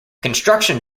construction